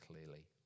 clearly